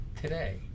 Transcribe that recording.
today